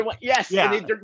Yes